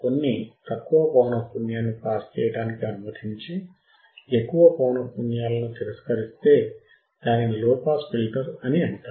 కొన్ని తక్కువ పౌనఃపున్యాన్ని పాస్ చేయడానికి అనుమతించి ఎక్కువ పౌనఃపున్యాలను తిరస్కరిస్తే దానిని లోపాస్ ఫిల్టర్ అని అంటారు